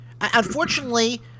unfortunately